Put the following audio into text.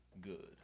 good